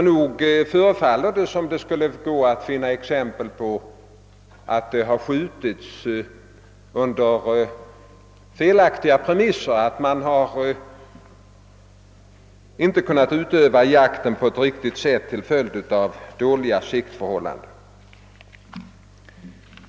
Nog förefaller det som om det skulle gå att finna exempel på att det skjutits under felaktiga premisser, att man till följd av dåliga siktförhållanden inte kunnat utöva jakten på ett riktigt sätt.